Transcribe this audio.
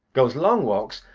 goes long walks,